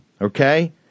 okay